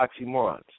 oxymorons